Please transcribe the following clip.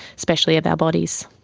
especially of our bodies.